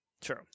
true